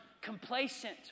complacent